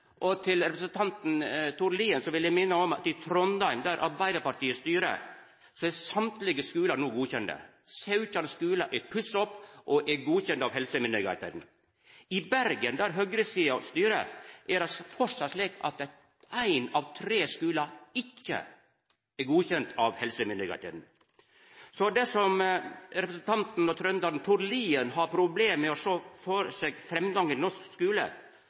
og til representanten Tord Lien vil eg minna om at i Trondheim der Arbeidarpartiet styrer, er alle skular no godkjende. 17 skular er pussa opp og er godkjende av helsemyndigheitene. I Bergen der høgresida styrer, er det framleis slik at ein av tre skular ikkje er godkjende av helsemyndigheitene. Så dersom representanten og trønderen Tord Lien har problem med å sjå for seg framgang i norsk skule,